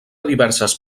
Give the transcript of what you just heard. diverses